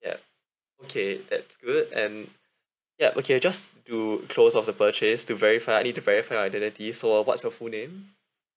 ya okay that's good and ya okay just to close off the purchase to verify I need to verify your identities so what's your full name